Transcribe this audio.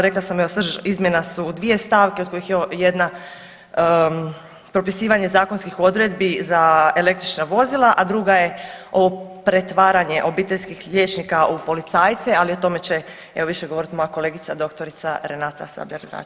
Rekla sam evo srž izmjena su dvije stavke od kojih je jedna propisivanje zakonskih odredbi za električna vozila, a druga je pretvaranje obiteljskih liječnika u policajce, ali o tome će evo više govorit moja kolegica doktorica Renata Sabljar-Dračevac.